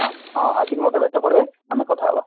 ହଁ ହଁ ଆସିକି ମୋତେ ଭେଟ ପଡ଼ିବେ ଆମେ କଥା ହବା